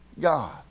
God